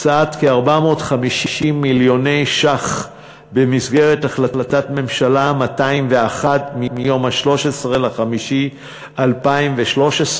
הקצאת כ-450 מיליוני ש"ח במסגרת החלטת ממשלה 201 מיום 13 במאי 2013,